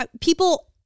people